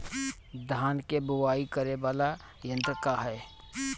धान के बुवाई करे वाला यत्र का ह?